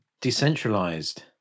decentralized